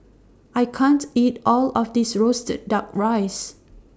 I can't eat All of This Roasted Duck Rice